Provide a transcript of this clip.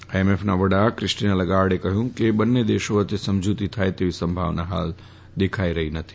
આઈએમએફના વડા Christina Lagarde જણાવ્યું કે બંને દેશો વચ્ચે સમજુતી થાય એવી સંભાવના હાલ દેખાઈ રહી નથી